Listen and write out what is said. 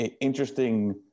Interesting